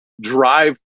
drive